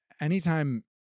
anytime